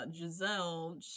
Giselle